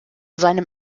seinem